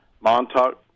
Montauk